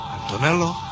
Antonello